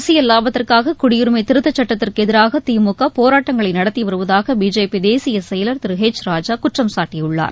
அரசியல் லாபத்திற்காக குடியுரிமை திருத்தச் சுட்டத்திற்கு எதிராக திமுக போராட்டங்களை நடத்தி வருவதாக பிஜேபி தேசிய செயலர் திரு ஹெச் ராஜா குற்றம் சாட்டியுள்ளார்